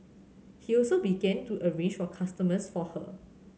he also began to arrange for customers for her